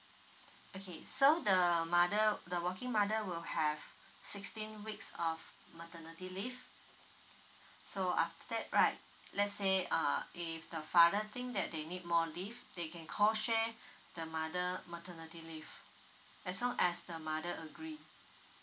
okay so the mother the working mother will have sixteen weeks of maternity leave so after that right let's say uh if the father think that they need more leave they can co share the mother maternity leave as long as the mother agree